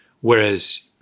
whereas